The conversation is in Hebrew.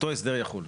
אותו הסדר יול.